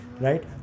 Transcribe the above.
right